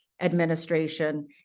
Administration